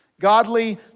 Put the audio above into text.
godly